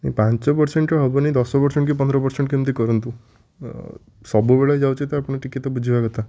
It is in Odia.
ପାଞ୍ଚ ପରସେଣ୍ଟ ହେବନି ଦଶ ପରସେଣ୍ଟ କି ପନ୍ଦର ପରସେଣ୍ଟ କେମିତି କରନ୍ତୁ ସବୁବେଳେ ଯାଉଛି ତ ଆପଣ ଟିକିଏ ତ ବୁଝିବା କଥା